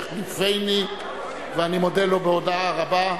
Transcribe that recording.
יחליפני ואני מודה לו בהודאה רבה.